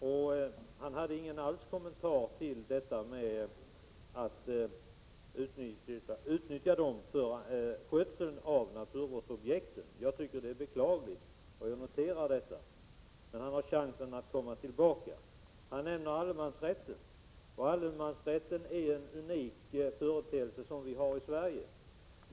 Ove Karlsson hade alls ingen kommentar till förslaget att man skall utnyttja enskilda för skötseln av naturvårdsobjekten. Jag tycker att det är beklagligt. Jag noterar detta. Men han har chansen att komma tillbaka. Han nämner allemansrätten, en unik företeelse som vi har i Sverige.